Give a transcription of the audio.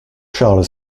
charles